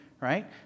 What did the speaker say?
right